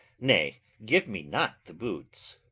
nay, give me not the boots.